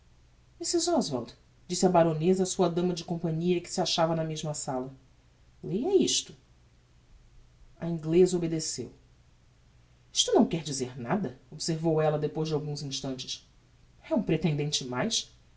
mrs oswald disse a baroneza á sua dama de companhia que se achava na mesma sala leia isto a ingleza obedeceu isto não quer dizer nada observou ella depois de alguns instantes é um pretendente mais